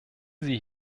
sie